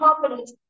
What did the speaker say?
confidence